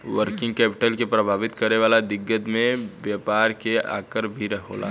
working capital के प्रभावित करे वाला दिकत में व्यापार के आकर भी होला